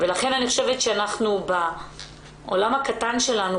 ולכן אני חושבת שאנחנו בעולם הקטן שלנו,